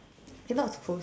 you're not suppose to